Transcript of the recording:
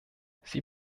sie